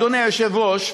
אדוני היושב-ראש,